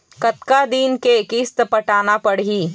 कतका दिन के किस्त पटाना पड़ही?